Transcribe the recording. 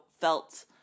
felt